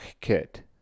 Kit